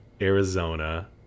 Arizona